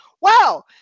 Wow